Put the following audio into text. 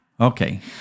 okay